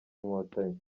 inkotanyi